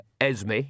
Esme